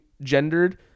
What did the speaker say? gendered